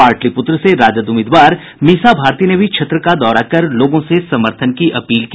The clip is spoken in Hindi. पाटलिपुत्र से राजद उम्मीदवार मीसा भारती ने भी क्षेत्र का दौरा कर लोगों से समर्थन की अपील की